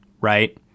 right